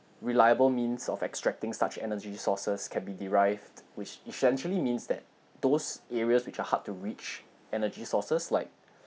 reliable means of extracting such energy resources can be derived which essentially means that those areas which are hard to reach energy sources like